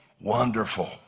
wonderful